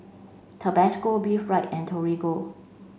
Tabasco Be and Torigo